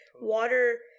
water